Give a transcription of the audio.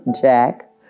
Jack